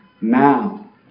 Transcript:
now